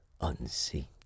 unseen